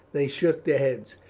they shook their heads.